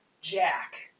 Jack